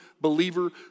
believer